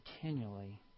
continually